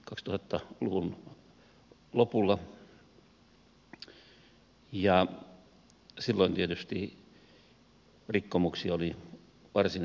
silloin tietysti rikkomuksia oli varsin runsaasti